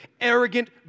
Arrogant